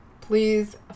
please